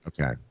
Okay